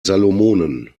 salomonen